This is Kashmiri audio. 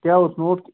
کیٛاہ اوس نوٹ